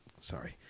Sorry